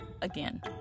again